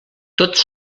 tots